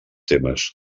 temes